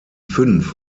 fünf